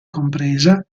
compresa